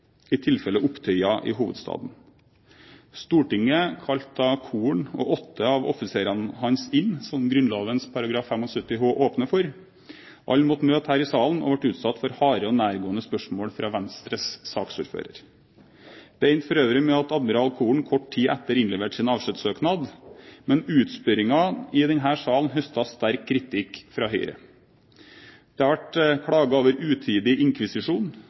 i tilfelle opptøyer i hovedstaden. Stortinget kalte da Koren og åtte av offiserene hans inn, som Grunnlovens § 75 h åpner for. Alle måtte møte her i salen og ble utsatt for harde og nærgående spørsmål fra Venstres saksordfører. Det endte for øvrig med at admiral Koren kort tid etter innleverte sin avskjedssøknad, men utspørringen i denne salen høstet sterk kritikk fra Høyre. Det har vært klaget over utidig inkvisisjon.